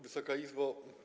Wysoka Izbo!